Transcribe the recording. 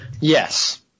Yes